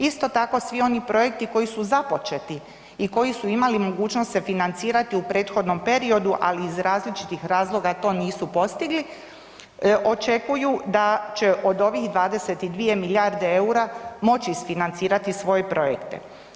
Isto tako svi oni projekti koji su započeti i koji su imali mogućnosti se financirati u prethodnom periodu ali iz različitih razloga to nisu postigli, očekuju da će od ovih 22 milijarde eura moći isfinancirati svoje projekte.